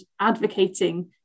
advocating